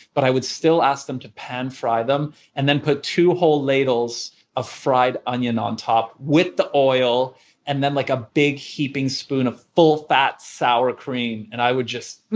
but i would still ask them to pan fry them and then put two whole ladles of fried onion on top with the oil and then like a big heaping spoon of full fat sour cream. and i would just,